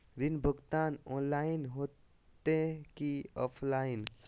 ऋण भुगतान ऑनलाइन होते की ऑफलाइन?